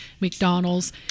McDonald's